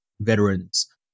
veterans